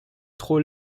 trop